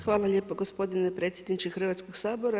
Hvala lijepo gospodine predsjedniče Hrvatskog sabora.